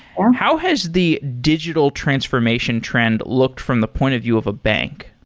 how has the digital transformation trend looked from the point of view of a bank?